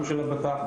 של הבט"פ,